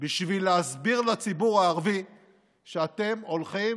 בשביל להסביר לציבור הערבי שאתם הולכים